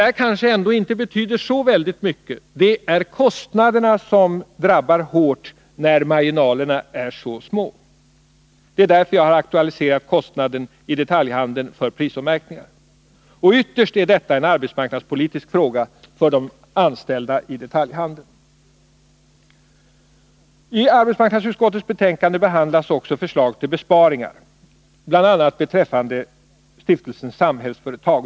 Det kanske ändå inte betyder så mycket, då det är kostnaderna som drabbar hårt när marginalerna är så små. Därför har jag aktualiserat kostnaden i detaljhandeln för prisommärkningar. Och ytterst är detta en arbetsmarknadspolitisk fråga för de anställda i detaljhandeln. I arbetsmarknadsutskottets betänkande behandlas också förslag till besparingar, bl.a. beträffande Stiftelsen Samhällsföretag.